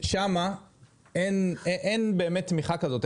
שם אין באמת תמיכה כזאת.